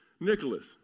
Nicholas